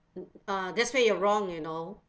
uh that's where you're wrong you know